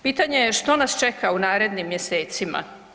Pitanje je što nas čeka u narednim mjesecima.